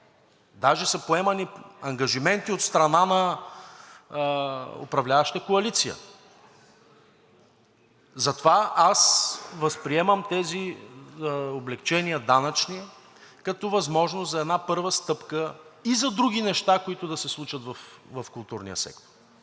Даже са поемани ангажименти от страна на управляващата коалиция. Затова аз възприемам тези данъчни облекчения като възможност за една първа стъпка и за други неща, които да се случат в културния сектор,